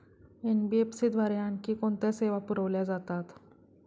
NBFC द्वारे आणखी कोणत्या सेवा पुरविल्या जातात?